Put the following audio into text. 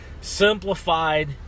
simplified